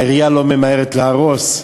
העירייה לא ממהרת להרוס.